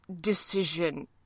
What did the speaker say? Decision